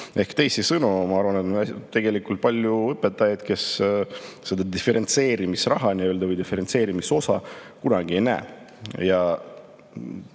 Ehk teisisõnu, ma arvan, et tegelikult on palju õpetajaid, kes seda diferentseerimisraha või diferentseerimise osa kunagi ei näe.